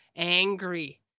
angry